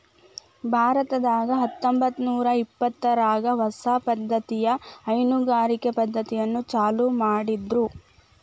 ಭಾರತದಾಗ ಹತ್ತಂಬತ್ತನೂರಾ ಇಪ್ಪತ್ತರಾಗ ಹೊಸ ಪದ್ದತಿಯ ಹೈನುಗಾರಿಕೆ ಪದ್ದತಿಯನ್ನ ಚಾಲೂ ಮಾಡಿದ್ರು